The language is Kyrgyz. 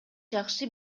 жакшы